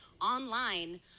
online